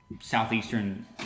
southeastern